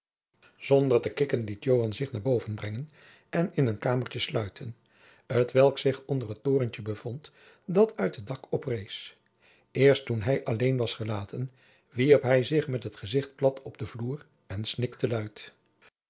zonder te kikken liet joan zich naar boven brengen en in een kamertje sluiten t welk zich onder het torentje bevond dat uit het dak oprees eerst toen hij alleen was gelaten wierp hij zich met het gezicht plat op den vloer en snikte luid